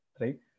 right